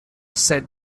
said